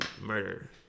murder